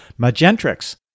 Magentrix